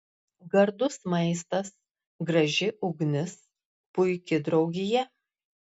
gardus maistas graži ugnis puiki draugija